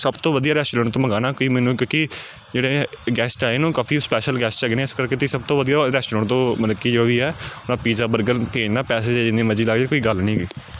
ਸਭ ਤੋਂ ਵਧੀਆ ਰੈਸਟੋਰੈਂਟ ਤੋਂ ਮੰਗਵਾਉਣਾ ਕੋਈ ਮੈਨੂੰ ਕਿਉਂਕਿ ਜਿਹੜੇ ਗੈਸਟ ਆਏ ਨੇ ਉਹ ਕਾਫੀ ਸਪੈਸ਼ਲ ਗੈਸਟ ਹੈਗੇ ਨੇ ਇਸ ਕਰਕੇ ਤੁਸੀਂ ਸਭ ਤੋਂ ਵਧੀਆ ਉਹ ਰੈਸਟੋਰੈਂਟ ਤੋਂ ਮਤਲਬ ਕਿ ਜੋ ਵੀ ਹੈ ਉਹ ਪੀਜ਼ਾ ਬਰਗਰ ਭੇਜਣਾ ਪੈਸੇ ਚਾਹੇ ਜਿੰਨੇ ਮਰਜ਼ੀ ਲੱਗ ਜਾਣ ਕੋਈ ਗੱਲ ਨਹੀਂ ਹੈਗੀ